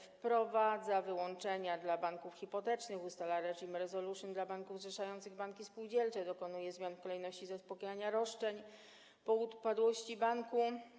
Wprowadza wyłączenia dla banków hipotecznych, ustala reżimy resolution dla banków zrzeszających banki spółdzielcze, dokonuje zmian w kolejności zaspokajania roszczeń po upadłości banku.